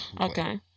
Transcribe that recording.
Okay